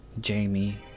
Jamie